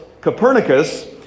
Copernicus